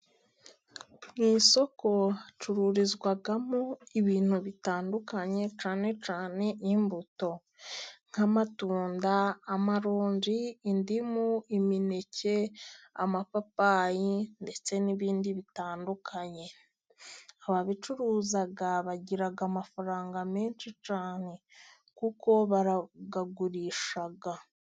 Mu isoko hacururizwamo ibintu bitandukanye cyane cyane imbuto nk'amatunda, amaronji, indimu, imineke ,amapapayi ndetse n'ibindi bitandukanye. Ababicuruza bagira amafaranga menshi cyane kuko barayagurisha.